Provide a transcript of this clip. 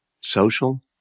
social